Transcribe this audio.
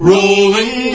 Rolling